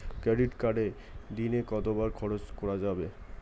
Credit কার্ডে দিনে কত টাকা খরচ করা যাবে?